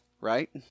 right